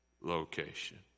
location